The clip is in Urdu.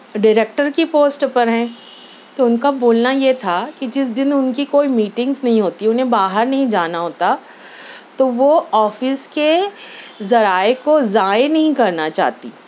ڈیریکٹر کی پوسٹ پر ہیں تو اُن کا بولنا یہ تھا کہ جس دِن اُن کی کوئی میٹنگس نہیں ہوتی اُنہیں باہر نہیں جانا ہوتا تو وہ آفس کے ذرائع کو ضائع نہیں کرنا چاہتی